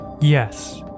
Yes